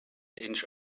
inch